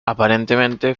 aparentemente